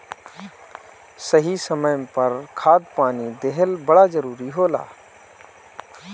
सही समय पर खाद पानी देहल बड़ा जरूरी होला